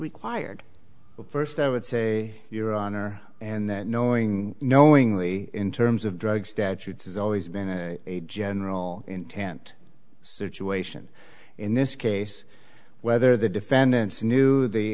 required first i would say your honor and then knowing knowingly in terms of drug statutes has always been a general intent situation in this case whether the defendants knew the